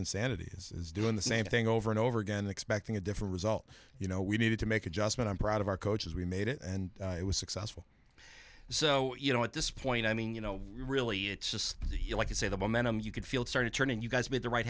insanity is doing the same thing over and over again expecting a different result you know we needed to make adjustment i'm proud of our coaches we made it and it was successful so you know at this point i mean you know really it's just like you say the momentum you could feel it started turning you guys made the right